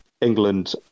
england